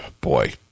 boy